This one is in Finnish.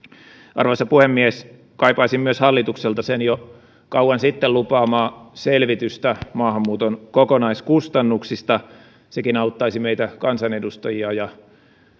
arvoisa puhemies kaipaisin myös hallitukselta sen jo kauan sitten lupaamaa selvitystä maahanmuuton kokonaiskustannuksista sekin auttaisi meitä kansanedustajia ja